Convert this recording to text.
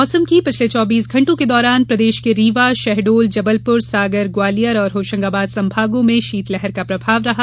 मौसम पिछले चौबीस घण्टों के दौरान प्रदेश के रीवा शहडोल जबलपुर सागर ग्वालियर और होशंगाबाद संभागों में शीतलहर का प्रभाव रहा